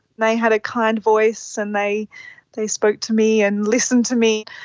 they had a kind voice and they they spoke to me and listened to me,